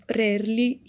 rarely